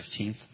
15th